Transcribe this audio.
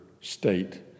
state